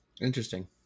interesting